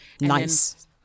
Nice